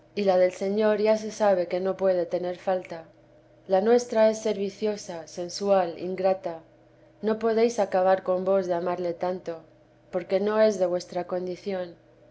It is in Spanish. y la del señor ya se sabe que no puede tener falta la nuestra es ser viciosa sensual ingrata no podéis acabar con vos de amarle tanto porque no es de vuestra condición